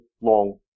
long